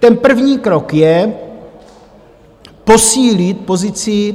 Ten první krok je posílit pozici